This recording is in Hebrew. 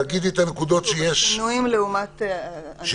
תגידי את הנקודות שיש, שינויים לעומת קודם.